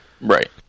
Right